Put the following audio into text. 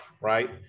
right